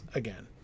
again